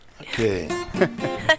Okay